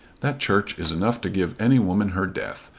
that church is enough to give any woman her death.